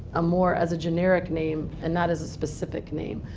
ah more as a generic name and not as a specific name.